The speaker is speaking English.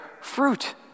fruit